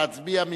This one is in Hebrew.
נא להצביע.